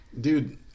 dude